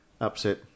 upset